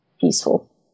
peaceful